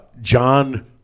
John